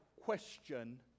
question